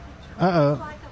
Uh-oh